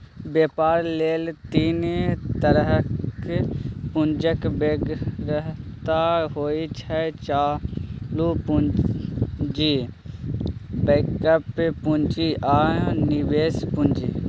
बेपार लेल तीन तरहक पुंजीक बेगरता होइ छै चालु पुंजी, बैकअप पुंजी आ निबेश पुंजी